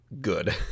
good